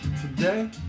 Today